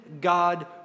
God